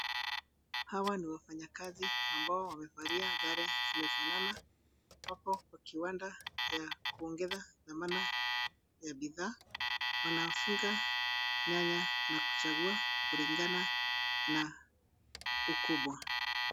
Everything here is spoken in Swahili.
Hawa ni wafanyakazi ambao wamevalia sare zimefanana. Wako kwa kiwanda ya kuongeza dhamana ya bidhaa. Wanafunga nyanya na kuchagua kulingana na ukubwa.